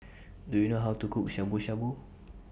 Do YOU know How to Cook Shabu Shabu